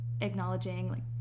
acknowledging